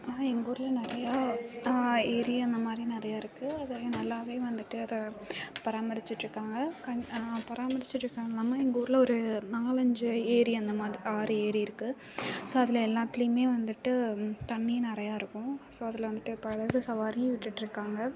எங்கள் ஊரில் நிறையா ஏரி அந்தமாதிரி நிறையா இருக்குது அதையும் நல்லா வந்துட்டு அதை பராமரிச்சுட்டு இருக்காங்க கண் பராமரிச்சுட்டு இருக்காங்க அதில்லாம எங்கள் ஊரில் ஒரு நாலஞ்சு ஏரி அந்த மாரி ஆறு ஏரி இருக்குது ஸோ அதில் எல்லாத்திலேயுமே வந்துட்டு தண்ணி நிறையா இருக்கும் ஸோ அதில் வந்துட்டு படகு சவாரியும் விட்டுட்டுருக்காங்க